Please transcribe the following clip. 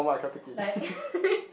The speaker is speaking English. like